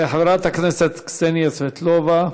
חברת הכנסת קסניה סבטלובה.